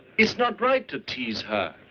it's not right to tease her.